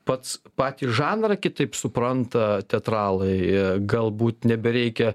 pats patį žanrą kitaip supranta teatralai galbūt nebereikia